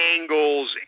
angles